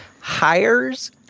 hires